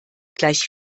gleich